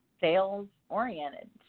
sales-oriented